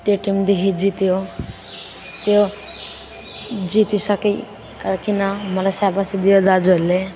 त्यो टिमदेखि जित्यो त्यो जितिसकेर किन मलाई स्याबासी दियो दाजुहरूले